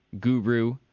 guru